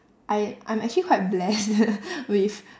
I I'm actually quite blessed with